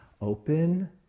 open